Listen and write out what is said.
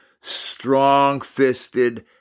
strong-fisted